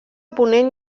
ponent